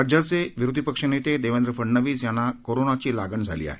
राज्याचे विरोधीपक्ष नेते देवेंद्र फडणवीस यांना कोरोनाची लागण झाली आहे